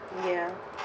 ya